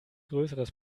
größeres